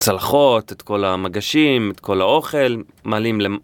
צלחות את כל המגשים, את כל האוכל, מלאים למ...